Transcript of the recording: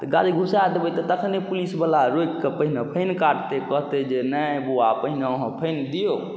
तऽ गाड़ी घुसा देबै तऽ तखने पुलिसवला रोकि कऽ पहिने फाइन काटतै कहतै जे नहि बौआ पहिने अहाँ फाइन दिऔ